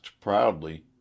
proudly